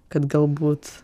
kad galbūt